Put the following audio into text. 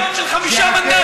יש לכם כוח של חמישה מנדטים.